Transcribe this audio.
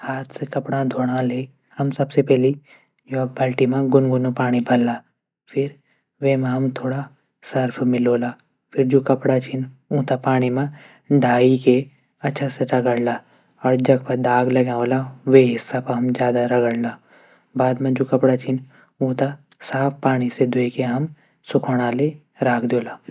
हाथ से कपडा घूणू लै हम सबसे पैली योक बल्टी मा गुनगुनाना पाणी भरला। फिर वेमा हम थुडा सर्फ मिलोला। फिर जू कपडा छिन। ऊंथै पाणी मा डाली की अच्छा से रगडला। जख पर दाग लग्यां होला वे हिस्सा थै हम रगडला। बाद मा जू कपडा छन उथैं हम साफ पाणी से ध्वे की हम सुखौणा लै राखी दियोला।